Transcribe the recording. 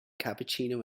cappuccino